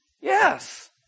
Yes